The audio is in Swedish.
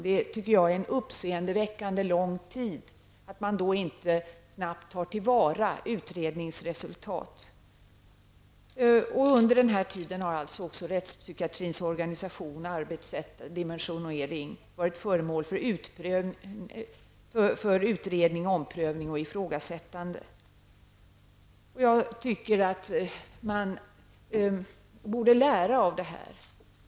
Det tycker jag är en uppseendeväckande lång tid. Man borde snabbt ha tagit till vara utredningens resultat. Under den här tiden har alltså rättspsykiatrins organisation, arbetssätt och dimensionering varit föremål för utredning, omprövning och ifrågasättande. Jag tycker att man borde lära av det här.